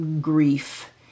grief